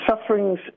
sufferings